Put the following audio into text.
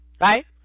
right